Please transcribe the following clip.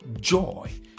joy